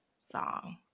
song